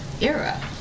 era